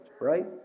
right